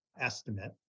estimate